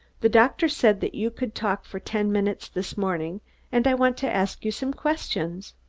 the doctor said that you could talk for ten minutes this morning and i want to ask you some questions.